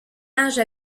âge